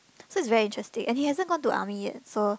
so it's very interesting and he hasn't gone to army yet so